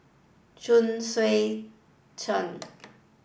Chuang Hui Tsuan